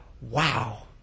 wow